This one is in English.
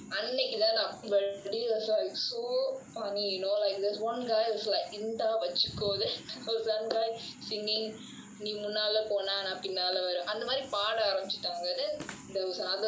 then everybody was like so funny you know there was like one guy was like இந்தா வச்சுக்கோ:intha vachuko then he was singing நீ முன்னால போன பின்னால வரேன் அந்த மாறி பாட ஆரம்பிச்சுடாங்க:nee munnaala pona pinaala varaen antha maari pada arambichutaanga then there was another girl shouting